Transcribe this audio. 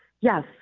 Yes